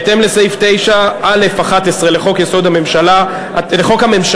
בהתאם לסעיף 9(א)(11) לחוק הממשלה,